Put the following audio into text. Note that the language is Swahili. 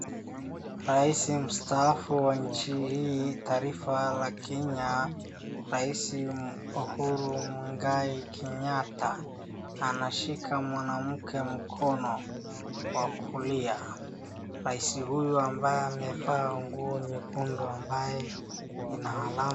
Rais mstaafu wa nchi hii taifa la Kenya, rais Uhuru Mwigai Kenyatta anashika mwanamke mkono wa kulia. Rais huyu ambaye amevaa nguo nyekundu.